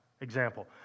example